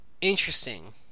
Interesting